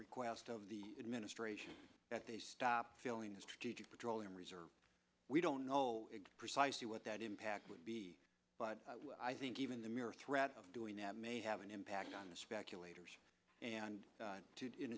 request of the administration that they stop feeling the strategic petroleum reserve we don't know precisely what that impact would be but i think even the mere threat of doing that may have an impact on the speculators and